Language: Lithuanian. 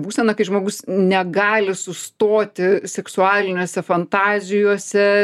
būsena kai žmogus negali sustoti seksualinėse fantazijose